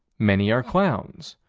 many are clowns.